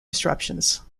disruptions